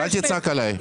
אל תצעק עליי.